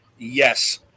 Yes